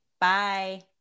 Bye